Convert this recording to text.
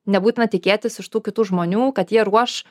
nebūtina tikėtis iš tų kitų žmonių kad jie ruoš